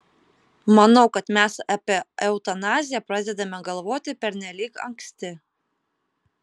manau kad mes apie eutanaziją pradedame galvoti pernelyg anksti